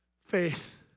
Faith